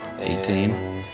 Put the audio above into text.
Eighteen